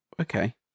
Okay